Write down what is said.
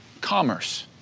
Commerce